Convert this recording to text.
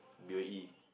B O E